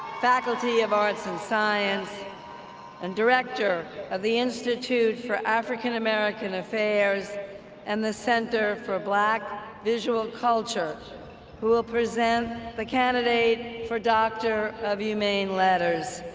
faculty of arts and science and director of the institute for african-american affairs and the center for black visual culture who will present the candidate for doctor of humane letters.